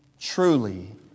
truly